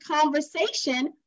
conversation